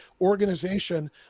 organization